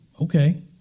Okay